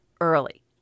early